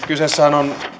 kyseessähän on